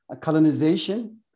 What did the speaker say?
colonization